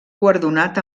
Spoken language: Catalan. guardonat